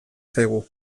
zaigu